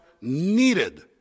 needed